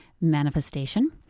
manifestation